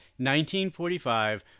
1945